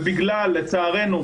ובגלל לצערנו,